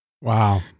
Wow